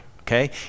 okay